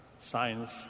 science